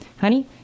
honey